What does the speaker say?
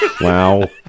Wow